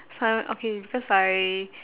sometimes okay because I